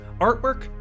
artwork